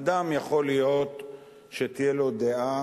אדם, יכול להיות שתהיה לו דעה